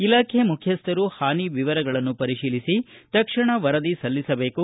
ಇಲಾಖೆ ಮುಖ್ಯಸ್ಥರು ಹಾನಿ ವಿವರಗಳನ್ನು ಪರಿಶೀಲಿಸಿ ತಕ್ಷಣ ವರದಿ ಸಲ್ಲಿಸಬೇಕು